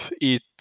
eat